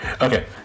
okay